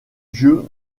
jeu